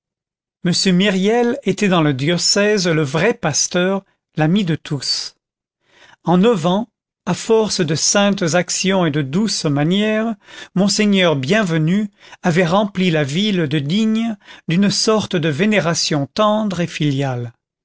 m myriel était dans le diocèse le vrai pasteur l'ami de tous en neuf ans à force de saintes actions et de douces manières monseigneur bienvenu avait rempli la ville de digne d'une sorte de vénération tendre et filiale